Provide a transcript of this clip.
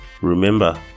remember